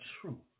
true